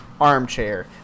armchair